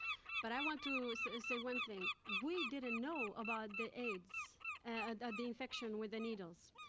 but i want to say one thing we didn't know about the aids and the infections with the needles.